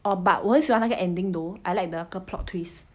oh but 我很喜欢那个 ending though I like the 那个 plot twist